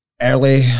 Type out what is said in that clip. early